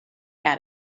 out